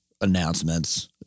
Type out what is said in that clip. announcements